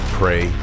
pray